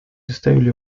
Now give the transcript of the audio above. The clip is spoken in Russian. заставили